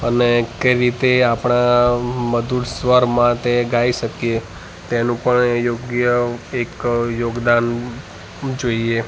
અને કેવી રીતે આપણાં અ મધુર સ્વરમાં તે ગાઈ શકીએ તેનું પણ યોગ્ય એક યોગદાન જોઈએ